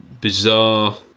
bizarre